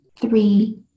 three